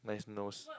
nice nose